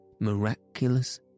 miraculous